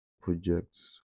projects